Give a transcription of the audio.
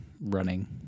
running